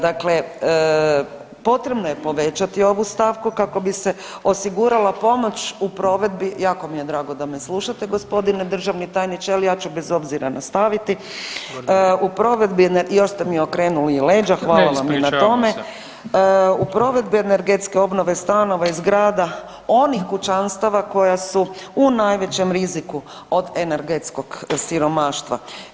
Dakle, potrebno je povećati ovu stavku kako bi se osigurala pomoć u provedbi, jako mi je drago da me slušate, g. državni tajniče, ali ja ću bez obzira nastaviti, u provedbi, još ste mi i okrenuli i leđa, hvala vam [[Upadica: Ne, ispričavam se.]] u provedbi energetske obnove stanova i zgrada onih kućanstava koja su u najvećem riziku od energetskog siromaštva.